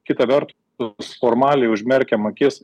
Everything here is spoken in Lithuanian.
kita vertus formaliai užmerkiam akis